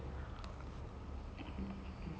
talk to him and like make friends with him lah